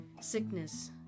sickness